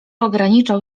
ograniczał